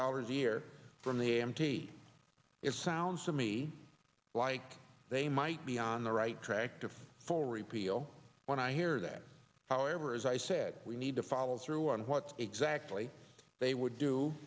dollars a year from the a m t it sounds to me like they might be on the right track to full repeal when i hear that however as i said we need to follow on what exactly they would